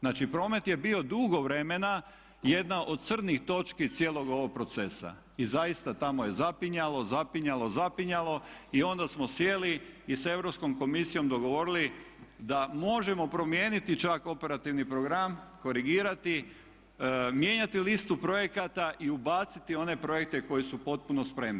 Znači promet je bio dugo vremena jedna od crnih točki cijelog ovog procesa i zaista tamo je zapinjalo, zapinjalo, zapinjalo i onda smo sjeli i s Europskom komisijom dogovorili da možemo promijeniti čak operativni program, korigirati, mijenjati listu projekata i ubaciti one projekte koji su potpuno spremni.